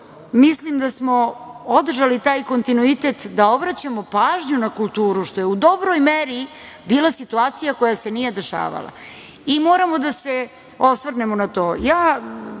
mislim da smo održali taj kontinuitet da obraćamo pažnju na kulturu što je u dobroj meri bila situacija koja se nije dešavala i moramo da se osvrnemo na to. Ja